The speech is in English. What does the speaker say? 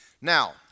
Now